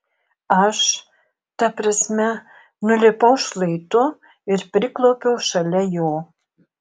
aš ta prasme nulipau šlaitu ir priklaupiau šalia jo